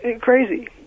crazy